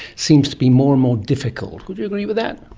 seems to be more and more difficult. would you agree with that?